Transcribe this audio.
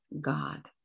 God